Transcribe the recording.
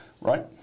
right